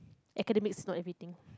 academics is not everything